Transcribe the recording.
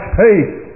faith